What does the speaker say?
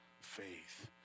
faith